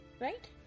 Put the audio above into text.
Right